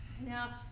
Now